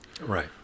right